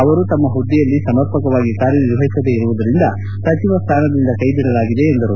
ಅವರು ತಮ್ನ ಪುದ್ದೆಯಲ್ಲಿ ಸಮಪರ್ಕವಾಗಿ ಕಾರ್ಯನಿರ್ವಹಿಸದೇ ಇರುವುದರಿಂದ ಸಚಿವ ಸ್ಥಾನದಿಂದ ಕೈಬಿಡಲಾಗಿದೆ ಎಂದರು